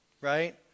Right